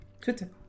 Twitter